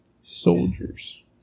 soldiers